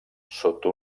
sota